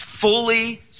Fully